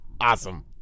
Awesome